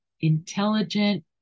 intelligent